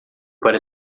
para